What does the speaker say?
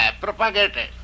propagated